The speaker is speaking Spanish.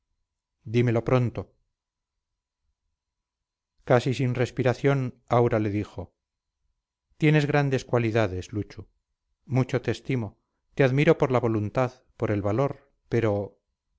dímelo pronto casi sin respiración aura le dijo tienes grandes cualidades luchu mucho te estimo te admiro por la voluntad por el valor pero